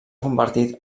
convertit